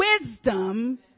wisdom